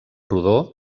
rodó